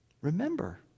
Remember